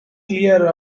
clear